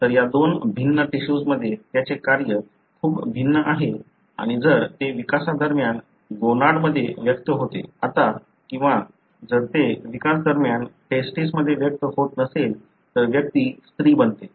तर या दोन भिन्न टिशूजमध्ये त्याचे कार्य खूप भिन्न आहे आणि जर ते विकासादरम्यान गोनाडमध्ये व्यक्त होते आता किंवा जर ते विकास दरम्यान टेस्टीस मध्ये व्यक्त होत नसेल तर व्यक्ती स्त्री बनते